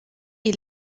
est